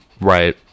Right